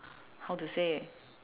how to say